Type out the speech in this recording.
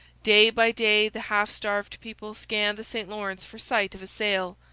day by day the half-starved people scanned the st lawrence for sight of a sail.